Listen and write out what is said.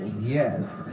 Yes